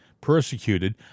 persecuted